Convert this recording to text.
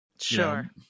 Sure